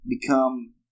become